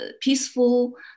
peaceful